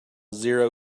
zero